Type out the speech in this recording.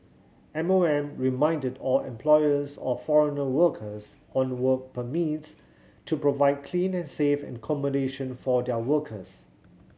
M O M reminded all employers of foreign workers on work permits to provide clean and safe accommodation for their workers